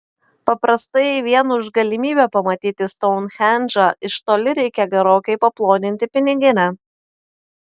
paprastai vien už galimybę pamatyti stounhendžą iš toli reikia gerokai paploninti piniginę